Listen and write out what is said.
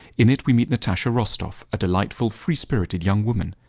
in it, we meet natasha rostova, a delightful free-spirited young woman.